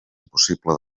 impossible